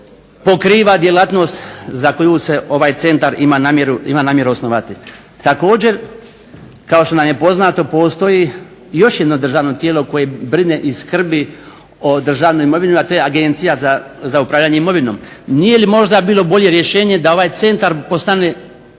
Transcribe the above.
pokriva djelatnost za koju se ovaj centar ima namjeru osnovati. Također kao što nam je poznato postoji još jedno državno tijelo koje brine i skrbi o državnoj imovini, a to je Agencija za upravljanje imovinom. Nije li možda bilo bolje rješenje da ovaj centar postane